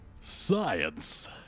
Science